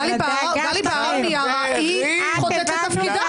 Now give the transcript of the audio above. גלי בהרב מיארה חוטאת לתפקידה.